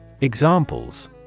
Examples